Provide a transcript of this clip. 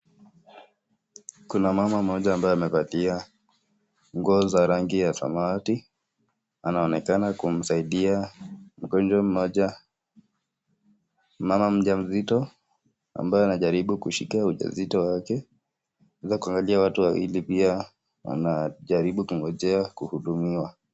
Kuna mama mmoja ambaye amevalia nguo za rangi ya samawati, anaonekana kumsaidia mgonjwa mmoja mama mjamzito ambaye anajaribu kushika ujauzito wake. Unaweza kuangalia watu wawili pia wanajaribu kungojea kuhudumiwa.